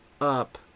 up